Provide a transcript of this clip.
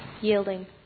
yielding